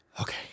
okay